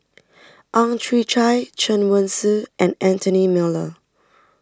Ang Chwee Chai Chen Wen Hsi and Anthony Miller